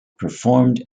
performed